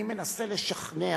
אני מנסה לשכנע